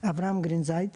אברהם גרינזייד.